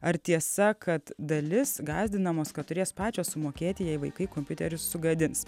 ar tiesa kad dalis gąsdinamos kad turės pačios sumokėti jei vaikai kompiuterį sugadins